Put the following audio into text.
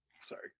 Sorry